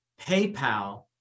PayPal